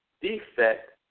defect